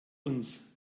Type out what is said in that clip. uns